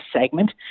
segment